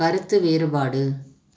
கருத்து வேறுபாடு